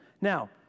Now